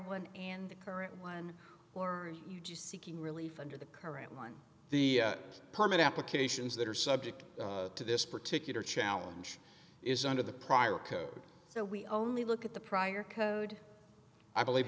one and the current one or you do seeking relief under the current one the permit applications that are subject to this particular challenge is under the prior code so we only look at the prior code i believe